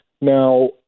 Now